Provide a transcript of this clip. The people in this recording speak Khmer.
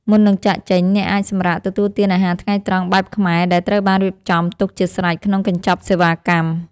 មុននឹងចាកចេញ អ្នកអាចសម្រាកទទួលទានអាហារថ្ងៃត្រង់បែបខ្មែរដែលត្រូវបានរៀបចំទុកជាស្រេចក្នុងកញ្ចប់សេវាកម្ម។